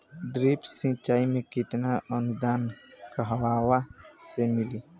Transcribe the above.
Drip सिंचाई मे केतना अनुदान कहवा से मिली?